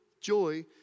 joy